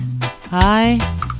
Hi